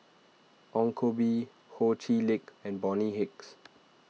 Ong Koh Bee Ho Chee Lick and Bonny Hicks